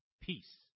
peace